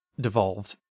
devolved